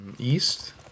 East